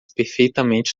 perfeitamente